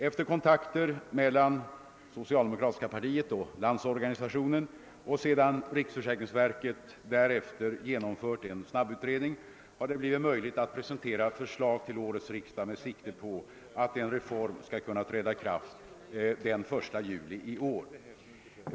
Efter kontakter mellan socialdemokratiska partiet och LO och sedan riksförsäkringsverket därefter genomfört en snabbutredning har det blivit möjligt att presentera förslag till årets riksdag med sikte på att en reform skall kunna träda i kraft den 1 juli i år.